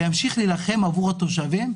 וימשיך להילחם עבור התושבים,